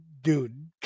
dude